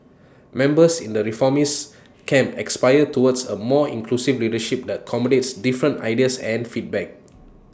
members in the reformist camp aspire towards A more inclusive leadership that accommodates different ideas and feedback